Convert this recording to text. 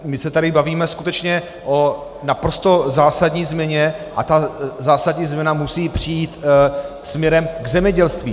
My se tady bavíme skutečně o naprosto zásadní změně a ta zásadní změna musí přijít směrem k zemědělství.